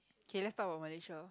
okay let's talk about Malaysia